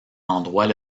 endroits